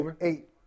Eight